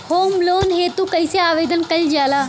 Home loan हेतु कइसे आवेदन कइल जाला?